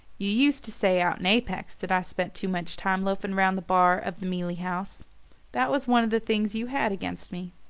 you used to say out in apex that i spent too much time loafing round the bar of the mealey house that was one of the things you had against me.